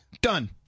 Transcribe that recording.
Done